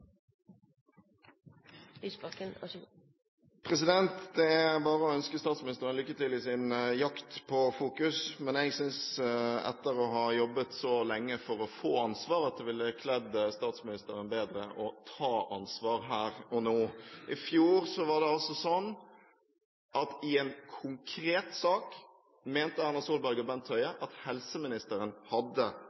i sin jakt på fokus. Jeg synes at etter å ha jobbet så lenge for å få ansvar, ville det kledd statsministeren bedre å ta ansvar her og nå. I fjor var det sånn i en konkret sak at Erna Solberg og Bent Høie mente helseministeren hadde ansvaret, og det